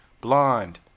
Blonde